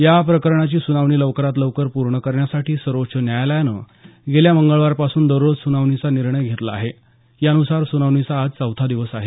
या प्रकरणाची सुनावणी लवकरात लवकर पूर्ण करण्यासाठी सर्वोच्च न्यायालयानं गेल्या मंगळवारपासून दररोज सुनावणीचा निर्णय घेतला आहे यानुसार सुनावणीचा आज चौथा दिवस आहे